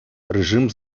режим